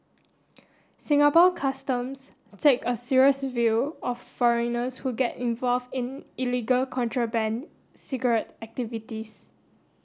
Singapore Customs takes a serious view of foreigners who get involved in illegal contraband cigarette activities